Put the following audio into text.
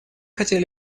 хотели